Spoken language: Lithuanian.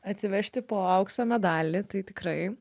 atsivežti po aukso medalį tai tikrai